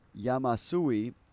Yamasui